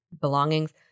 belongings